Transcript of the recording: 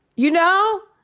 you know?